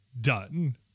Done